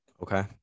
okay